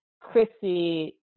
Chrissy